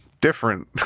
different